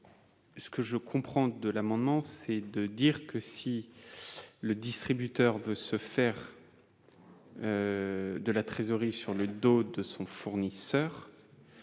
Ce que je comprends de l'amendement, c'est que si le distributeur veut se faire de la trésorerie sur le dos de son fournisseur,